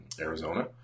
Arizona